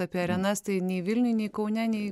apie arenas tai nei vilniuj nei kaune nei